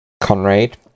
Conrad